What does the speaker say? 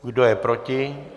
Kdo je proti?